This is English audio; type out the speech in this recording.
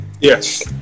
Yes